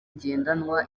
ngendanwa